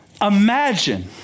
imagine